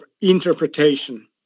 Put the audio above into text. interpretation